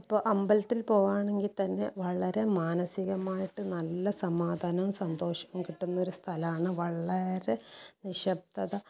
അപ്പോൾ അമ്പലത്തിൽ പോകുവാണെങ്കിൽ തന്നെ വളരെ മനസികമായിട്ടും നല്ല സമാധാനവും സന്തോഷവും കിട്ടുന്ന ഒരു സ്ഥലമാണ് വളരെ നിശബ്ദത